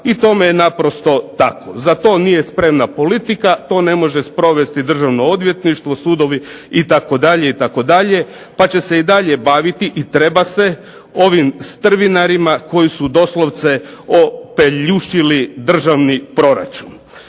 i tome je naprosto tako. Za to nije spremna politika, to ne može sprovesti Državno odvjetništvo, sudovi itd. itd. Pa će se i dalje baviti i treba se ovim strvinarima koji su doslovce opeljušili državni proračun.